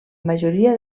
majoria